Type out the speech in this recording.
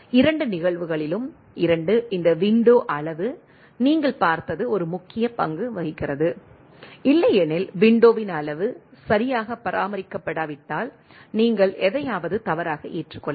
இரண்டு நிகழ்வுகளிலும் 2 இந்த விண்டோ அளவு நீங்கள் பார்த்தது ஒரு முக்கிய பங்கு வகிக்கிறது இல்லையெனில் விண்டோவின் அளவு சரியாக பராமரிக்கப்படாவிட்டால் நீங்கள் எதையாவது தவறாக ஏற்றுக்கொள்ளலாம்